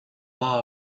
law